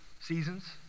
Seasons